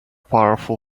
powerful